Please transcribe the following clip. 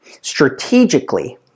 strategically